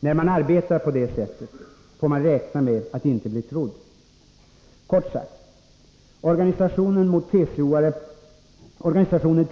När man arbetar på detta sätt får man räkna med att inte bli trodd. Kort sagt: Organisationen